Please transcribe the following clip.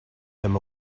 him